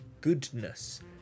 goodness